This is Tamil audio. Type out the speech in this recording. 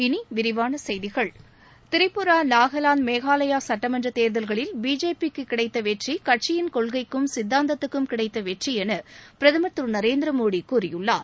இனி விரிவான செய்திகள் திரிபுரா நாகாவாந்து மேகாவயா சுட்டமன்றத் தேர்தல்களில் பிஜேபி க்கு கிடைத்த வெற்றி கட்சியின் கொள்கைக்கும் சித்தாந்தத்துக்கும் கிடைத்த வெற்றி என பிரதமர் திரு நரேந்திர மோடி கூறியுள்ளார்